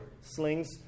slings